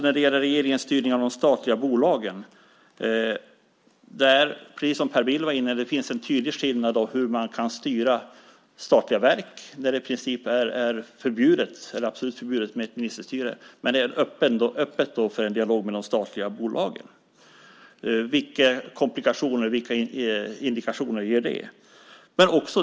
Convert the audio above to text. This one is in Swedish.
När det gäller regeringens styrning av statliga bolag finns det en tydlig skillnad mellan hur man kan styra statliga verk - där det är förbjudet med ett ministerstyre - och de statliga bolagen där det är öppet för en dialog. Vilka komplikationer och indikationer blir det då?